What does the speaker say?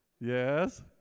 Yes